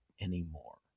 anymore